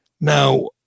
Now